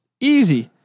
easy